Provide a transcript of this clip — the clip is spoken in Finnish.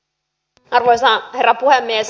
arvoisa herra puhemies